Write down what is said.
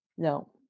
No